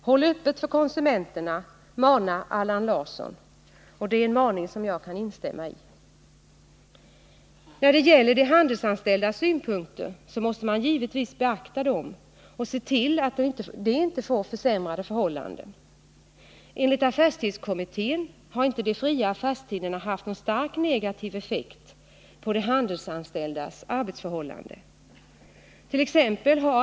Håll öppet för konsumenterna, manar Allan Larsson, och det är en maning som jag kan instämma i. De handelsanställdas synpunkter måste man givetvis beakta och se till att de inte får försämrade förhållanden. Enligt affärstidskommittén har inte de fria affärstiderna haft någon starkt negativ effekt på de handelsanställdas förhållanden.